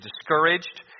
discouraged